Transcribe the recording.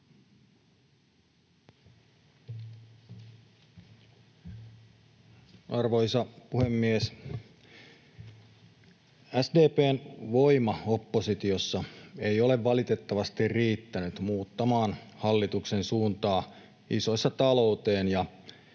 Arvoisa puhemies! SDP:n voima oppositiossa ei ole valitettavasti riittänyt muuttamaan hallituksen suuntaa isoissa talouteen